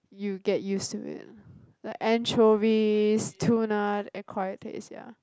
you get used to it like anchovies tuna the acquired taste ya